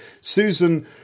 Susan